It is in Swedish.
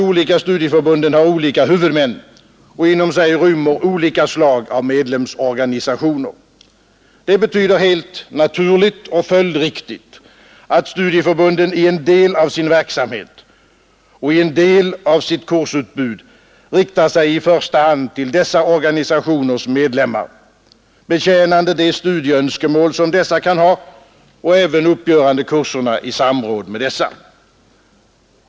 Olika studieförbund har ju olika huvudmän och rymmer inom sig olika slag av medlemsorganisationer. Det betyder helt naturligt och följdriktigt att studieförbunden i en del av sin verksamhet och i en del av sitt kursutbud riktar sig i första hand till dessa organisationers medlemmar, betjänande de studieönskemål som dessa kan ha och även uppgörande kurserna i samråd med dessa.